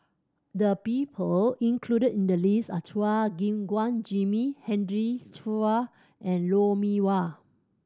the people included in the list are Chua Gim Guan Jimmy Henry Chia and Lou Mee Wah